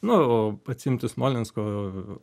nu o atsiimti smolensko